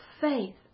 faith